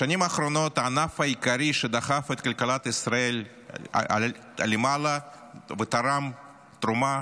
בשנים האחרונות הענף העיקרי שדחף את כלכלת ישראל למעלה ותרם תרומה